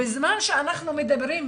בזמן שאנחנו מדברים,